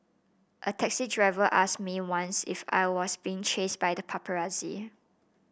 a taxi driver asked me once if I was being chased by the paparazzi